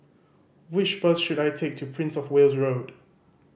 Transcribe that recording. which bus should I take to Prince Of Wales Road